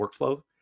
workflow